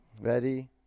Ready